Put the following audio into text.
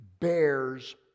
bears